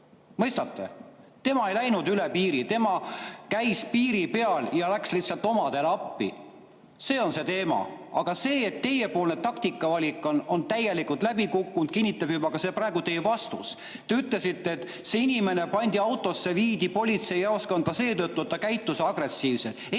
Mõistate? Tema ei läinud üle piiri, tema käis piiri peal ja läks lihtsalt omadele appi. See on see teema. Aga seda, et teiepoolne taktika valik on täielikult läbi kukkunud, kinnitab ka teie praegune vastus. Te ütlesite, et see inimene pandi autosse, viidi politseijaoskonda seetõttu, et ta käitus agressiivselt.